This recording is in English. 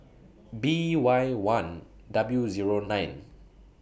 B Y one W Zero nine